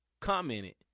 commented